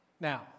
Now